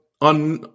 on